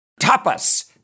Tapas